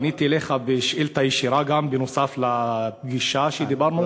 פניתי אליך בשאילתה ישירה נוסף על הפגישה שלנו,